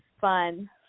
fun